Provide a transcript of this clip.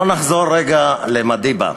בואו נחזור רגע למדיבה.